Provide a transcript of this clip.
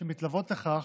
שמתלוות לכך,